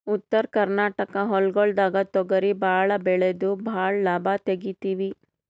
ಉತ್ತರ ಕರ್ನಾಟಕ ಹೊಲ್ಗೊಳ್ದಾಗ್ ತೊಗರಿ ಭಾಳ್ ಬೆಳೆದು ಭಾಳ್ ಲಾಭ ತೆಗಿತೀವಿ